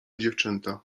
dziewczęta